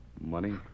Money